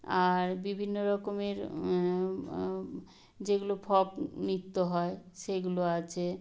আর বিভিন্ন রকমের যেগুলো ফোক নৃত্য হয় সেগুলো আছে